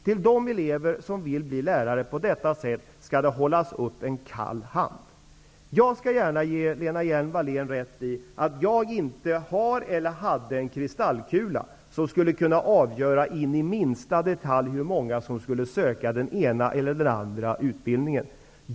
Till de elever som vill bli lärare på detta sätt skall det hållas upp en kall hand. Jag skall gärna ge Lena Hjelm-Wallén rätt i att jag inte hade en kristallkula och kunde i minsta detalj avgöra hur många som skulle söka den ena eller andra utbildningen.